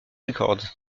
records